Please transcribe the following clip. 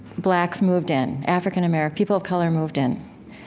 blacks moved in, african-american people of color moved in.